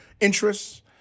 interests